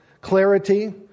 clarity